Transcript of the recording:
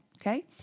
Okay